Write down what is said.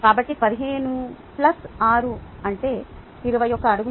కాబట్టి 15 ప్లస్ 6 అంటే 21 అడుగులు